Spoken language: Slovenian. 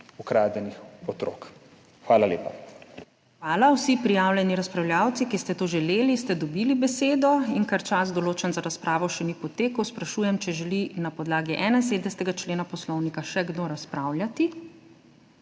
ZUPANČIČ:** Hvala. Vsi prijavljeni razpravljavci, ki ste to želeli, ste dobili besedo. Ker čas, določen za razpravo, še ni potekel, sprašujem, ali želi na podlagi 71. člena Poslovnika še kdo razpravljati.